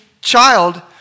child